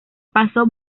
pasó